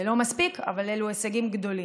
זה לא מספיק, אבל אלו הישגים גדולים.